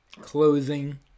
closing